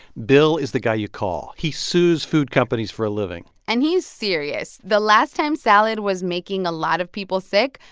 bill is the guy you call. he sues food companies for a living and he's serious. the last time salad was making a lot of people sick,